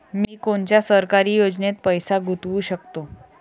मी कोनच्या सरकारी योजनेत पैसा गुतवू शकतो?